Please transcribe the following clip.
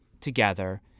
together